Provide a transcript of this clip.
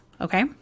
okay